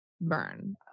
burn